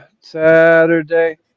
Saturday